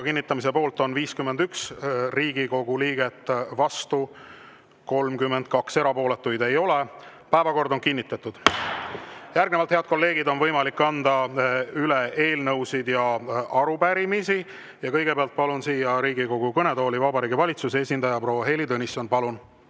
kinnitamise poolt on 51 Riigikogu liiget, vastu 32, erapooletuid ei ole. Päevakord on kinnitatud. Järgnevalt, head kolleegid, on võimalik anda üle eelnõusid ja arupärimisi. Kõigepealt palun siia Riigikogu kõnetooli Vabariigi Valitsuse esindaja proua Heili Tõnissoni. Palun!